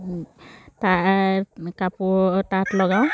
তাৰ কাপোৰ তাঁত লগাওঁ